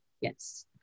yes